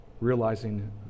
realizing